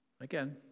Again